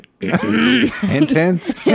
intense